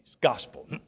Gospel